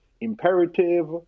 imperative